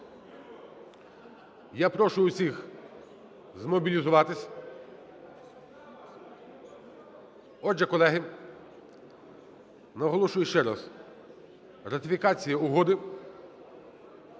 Я прошу всіх змобілізуватись. Отже, колеги, наголошую ще раз, ратифікація Угоди